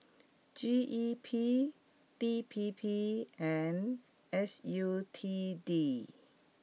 G E P D P P and S U T D